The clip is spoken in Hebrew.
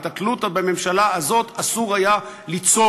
ואת התלות הזאת בממשלה אסור היה ליצור,